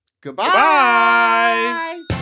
goodbye